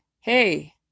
Hey